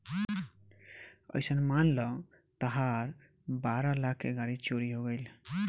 अइसन मान ल तहार बारह लाख के गाड़ी चोरी हो गइल